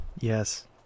Yes